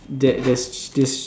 that there's this